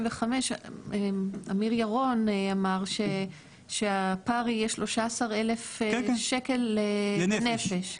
אמיר ירון אמר שהפער יהיה 13,000 שקל לנפש.